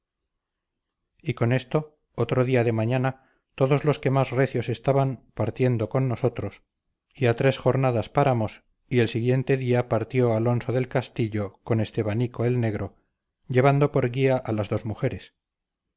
y con esto otro día de mañana todos los que más recios estaban partiendo con nosotros y a tres jornadas paramos y el siguiente día partió alonso del castillo con estebanico el negro llevando por guía a las dos mujeres